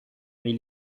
mais